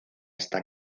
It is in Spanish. está